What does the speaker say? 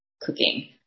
cooking